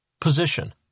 Position